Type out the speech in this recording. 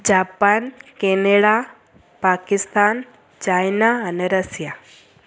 Japan Canada Pakistan China अने Russia